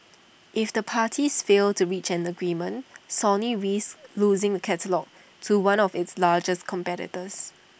if the parties fail to reach an agreement Sony risks losing catalogue to one of its largest competitors